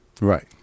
Right